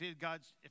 God's